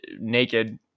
naked